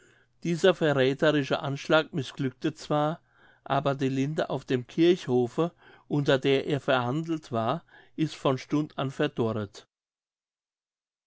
dieser verrätherische anschlag mißglückte zwar aber die linde auf dem kirchhofe unter der er verhandelt war ist von stund an verdorret